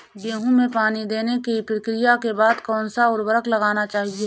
गेहूँ में पानी देने की प्रक्रिया के बाद कौन सा उर्वरक लगाना चाहिए?